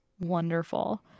wonderful